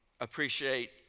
appreciate